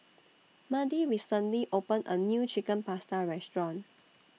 Madie recently opened A New Chicken Pasta Restaurant